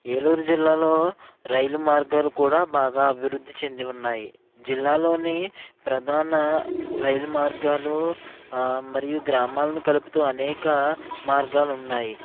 ఏలూరు జిల్లాలో రైలు మార్గాలు కూడా బాగా అభివృద్ధి చెంది ఉన్నాయి జిల్లాలోని ప్రధాన రైలు మార్గాలు మరియు గ్రామాలను కలుపుతూ అనేక మార్గాలు ఉన్నాయి